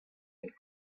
and